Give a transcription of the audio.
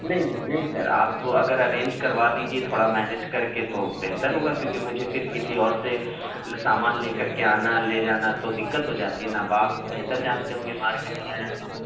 نہیں نہیں نہیں سر آپ اگر ارینج کروا دیجیے تھوڑا مینیج کر کے تو بہتر ہوگا کیوں کہ مجھے پھر کسی اور سے سامان لے کر کے آنا لے جانا تو دقت ہو جاتی نا اب آپ بہتر جانتے ہوں گے مارکیٹ وغیرہ کا